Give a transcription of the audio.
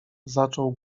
zaczął